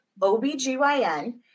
OBGYN